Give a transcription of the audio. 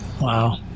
Wow